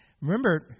Remember